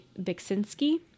bixinski